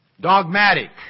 dogmatic